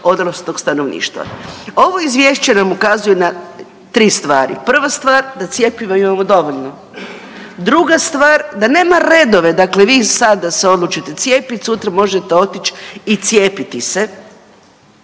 odraslog stanovništva. Ovo Izvješće nam ukazuje na 3 stvari. Prva stvar, da cjepiva imamo dovoljno. Druga stvar, da nema redove, dakle vi sada se odlučite cijepiti, sutra možete otić i cijepiti se.